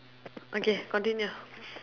okay continue